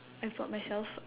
I've bought myself